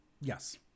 Yes